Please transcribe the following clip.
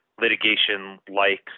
litigation-like